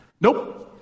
Nope